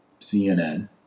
CNN